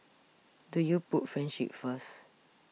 do you put friendship first